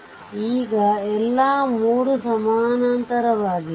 ಆದ್ದರಿಂದ ಈಗ ಎಲ್ಲಾ 3 ಸಮಾನಾಂತರವಾಗಿವೆ